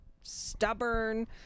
stubborn